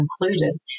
included